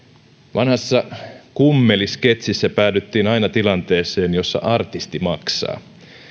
vanhassa kummeli sketsissä päädyttiin aina tilanteeseen jossa artisti maksaa